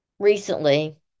Recently